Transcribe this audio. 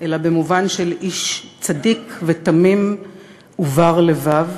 אלא במובן של איש צדיק ותמים ובר לבב.